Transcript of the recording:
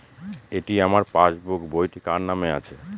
এটি আমার পাসবুক বইটি কার নামে আছে?